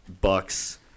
Bucks